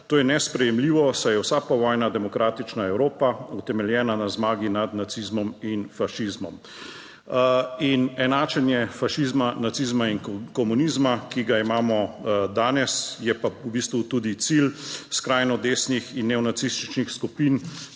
To je nesprejemljivo, saj je vsa povojna demokratična Evropa utemeljena na zmagi nad nacizmom in fašizmom. In enačenje fašizma, nacizma in komunizma, ki ga imamo danes, je pa v bistvu tudi cilj skrajno desnih in neonacističnih skupin,